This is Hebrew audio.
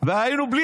והיינו בלי